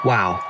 Wow